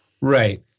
Right